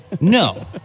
No